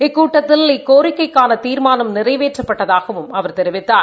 இக்கூட்டத்தில் இக்கோரிக்கைக்கான தீர்மானம் நிறைவேற்றப் பட்டதாகவும் அவர் தெரிவித்தார்